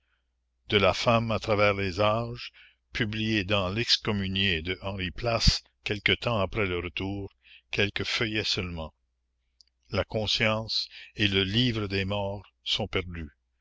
de la femme à travers les âges publié dans l'excommunié de henri place quelque temps après le retour quelques feuillets seulement la commune la conscience et le livre des morts sont perdus